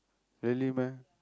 really meh